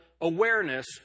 awareness